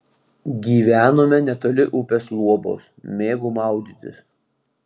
gyvenome netoli upės luobos mėgau maudytis